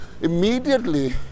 immediately